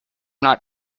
not